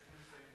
יש ממצאים,